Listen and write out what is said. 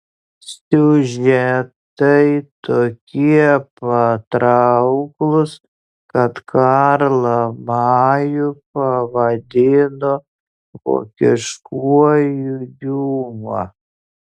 siužetai tokie patrauklūs kad karlą majų pavadino vokiškuoju diuma